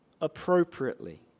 appropriately